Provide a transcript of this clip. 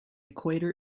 equator